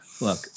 Look